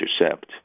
intercept